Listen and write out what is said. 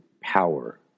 power